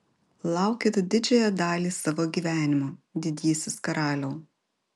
laukėt didžiąją dalį savo gyvenimo didysis karaliau